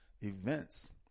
events